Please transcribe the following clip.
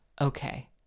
Okay